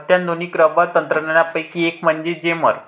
अत्याधुनिक रबर तंत्रज्ञानापैकी एक म्हणजे जेमर